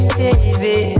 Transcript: baby